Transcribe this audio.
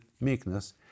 meekness